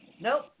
Nope